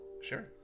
Sure